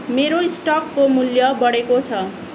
मेरो स्टकको मूल्य बढेको छ